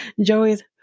Joey's